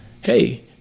hey